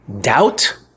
doubt